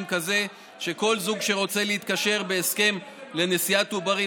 כזה שכל זוג שרוצה להתקשר בהסכם לנשיאת עוברים,